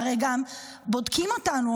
והרי גם בודקים אותנו,